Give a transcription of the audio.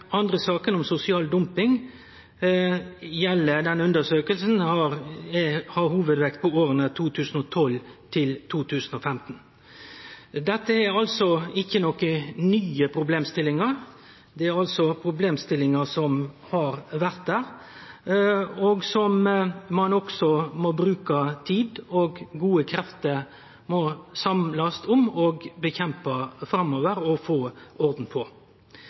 andre saka om sosial dumping, legg undersøkinga hovudvekt på åra 2012–2015. Dette er altså ikkje nye problemstillingar. Det er problemstillingar som har vore der, og som ein framover må bruke tid og gode krefter på å samle seg om og kjempe mot – og få orden på.